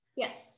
yes